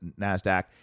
NASDAQ